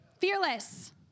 fearless